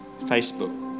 Facebook